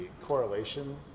correlation